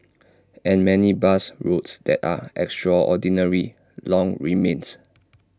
and many bus routes that are extraordinarily long remains